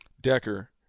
Decker